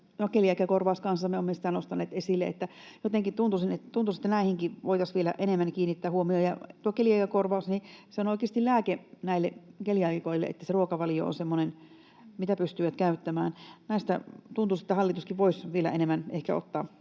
esille. Jotenkin tuntuisi, että näihinkin voitaisiin vielä enemmän kiinnittää huomiota. Tuosta keliakiakorvauksesta: On oikeasti lääke näille keliaakikoille, että se ruokavalio on semmoinen, mitä he pystyvät käyttämään. Näistä tuntuisi, että hallituskin voisi ehkä vielä enemmän ottaa